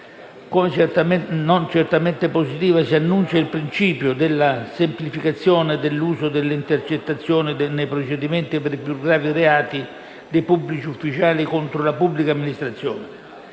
non con positività si enuncia il principio della semplificazione dell'uso delle intercettazioni nei procedimenti per i più gravi reati dei pubblici ufficiali contro la pubblica amministrazione.